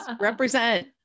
Represent